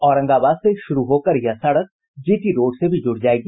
औरंगाबाद से शुरू होकर यह सड़क जीटी रोड से भी जुड़ जायेगी